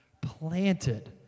planted